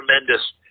tremendous